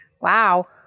Wow